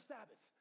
Sabbath